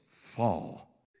fall